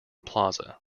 plaza